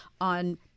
on